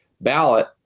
ballot